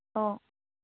অঁ